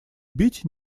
бить